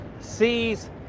sees